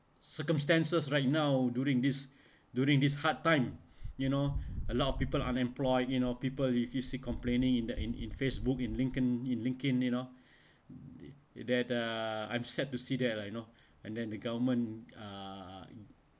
circumstances right now during this during this hard time you know a lot of people unemployed you know people you is complaining in the in in Facebook in LinkedIn in LinkedIn you know that uh I'm sad to see that lah you know and then the government uh